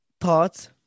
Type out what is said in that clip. Thoughts